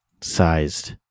sized